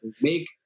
make